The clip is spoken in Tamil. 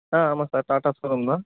ஆ ஆமாம் சார் டாட்டா ஷோ ரூம் தான்